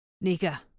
Nika